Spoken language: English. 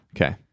Okay